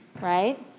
right